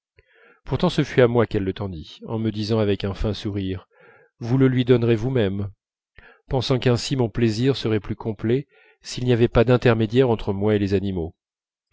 pourtant ce fut à moi qu'elle le tendit en me disant avec un fin sourire vous le lui donnerez vous-même pensant qu'ainsi mon plaisir serait plus complet s'il n'y avait pas d'intermédiaires entre moi et les animaux